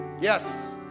Yes